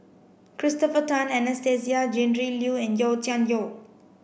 Christopher Tan Anastasia Tjendri Liew and Yau Tian Yau